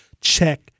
check